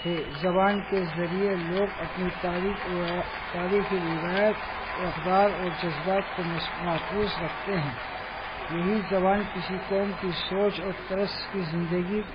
ہے زبان کے ذریعے لوگ اپنی تاریخ و تاریخی روایت اقدار اور جذبات کو محفوظ رکھتے ہیں یہی زبان کسی قوم کی سوچ اور طرز کی زندگی